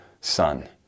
son